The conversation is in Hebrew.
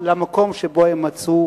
למקום שבו הם מצאו